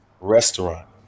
restaurant